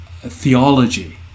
theology